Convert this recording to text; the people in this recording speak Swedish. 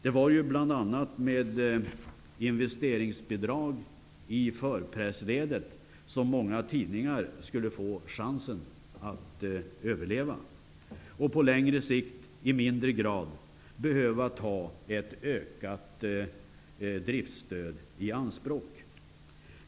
Det var ju bl.a. med investeringsbidrag i förpressledet som många tidningar skulle få chansen att överleva, och att på längre sikt i mindre grad behöva ta ett ökat driftstöd i anspråk.